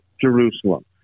Jerusalem